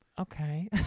okay